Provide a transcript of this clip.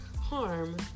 harm